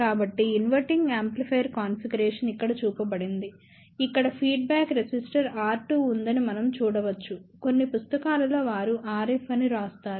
కాబట్టి inverting amplifier configuration ఇక్కడ చూపబడింది ఇక్కడ ఫీడ్బ్యాక్ రెసిస్టర్ R2 ఉందని మనం చూడవచ్చు కొన్ని పుస్తకాలలో వారు Rf అని వ్రాస్తారు